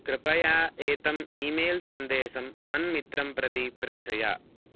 कृपया एतम् email सन्देशं मन्मित्रं प्रति प्रेषय